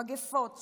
מגפות,